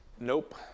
Nope